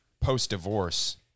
post-divorce